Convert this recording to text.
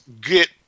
get